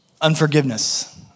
Unforgiveness